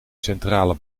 centrale